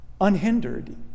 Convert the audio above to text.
unhindered